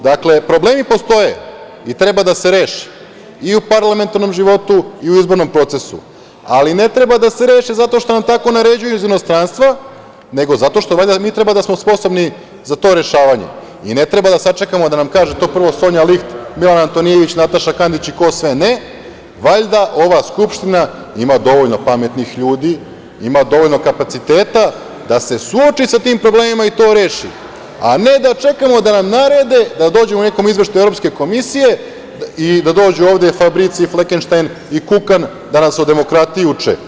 Dakle, problemi postoje i treba da se reše i u parlamentarnom životu i u izbornom procesu, ali ne treba da se reše zato što nam tako naređuju iz inostranstva, nego zato što valjda mi treba da smo sposobni za to rešavanje i ne treba da sačekamo da nam kaže to prvo Sonja Liht, Milan Antonijević, Nataša Kandić, i ko sve ne, valjda ova Skupština ima dovoljno pametnih ljudi, ima dovoljno kapaciteta da se suoči sa tim problemima i to reši, a ne da čekamo da nam narede da dođemo u nekom izveštaju Evropske komisije i da dođu ovde Fabricijo i Flekenštajn i Kukan da nas o demokratiji uče.